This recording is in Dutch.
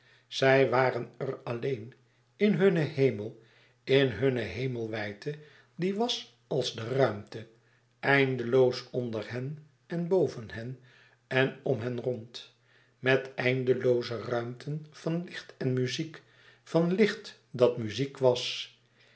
zij waren er alleen in hunnen hemel in hunne hemelwijdte die was als de ruimte eindeloos onder hen en boven hen en om hen rond met eindelooze ruimten van licht en muziek van licht dat muziek was